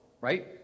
Right